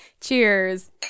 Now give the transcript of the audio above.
Cheers